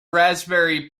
raspberry